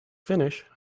finish